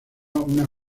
una